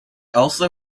also